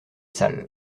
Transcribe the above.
sale